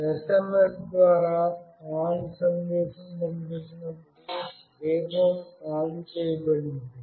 SMS ద్వారా "ON" సందేశం పంపినప్పుడు దీపం ఆన్ చేయబడింది